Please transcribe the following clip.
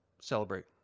Celebrate